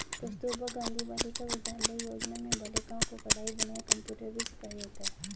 कस्तूरबा गाँधी बालिका विद्यालय योजना में बालिकाओं को कढ़ाई बुनाई कंप्यूटर भी सिखाया जाता है